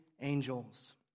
angels